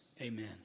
Amen